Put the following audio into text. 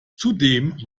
zudem